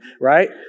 right